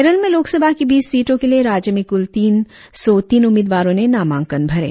केरल में लोकसभा की बीस सीटों के लिए राज्य में कुल तीन सौ तीन उम्मीदवारो ने नामांकन भरे